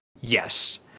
Yes